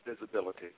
visibility